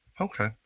okay